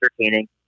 entertaining